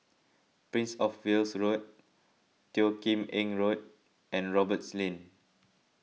Prince of Wales Road Teo Kim Eng Road and Roberts Lane